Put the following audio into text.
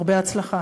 הרבה הצלחה.